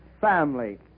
family